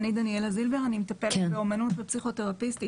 אני מטפלת באומנות ופסיכותרפית.